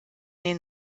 den